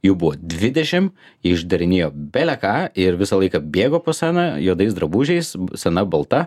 jų buvo dvidešim išdarinėjo bele ką ir visą laiką bėgo po sceną juodais drabužiais sena balta